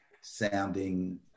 sounding